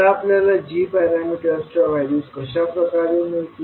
आता तुम्हाला g पॅरामीटर्सच्या व्हॅल्यूज कशा प्रकारे मिळतील